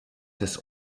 des